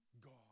God